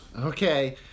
Okay